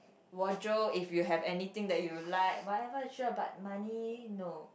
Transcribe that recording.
wardrobe if you have anything that you would like whatever sure but money no